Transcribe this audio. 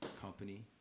company